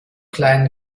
kleinen